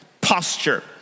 posture